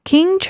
King